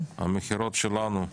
המכירות שלנו?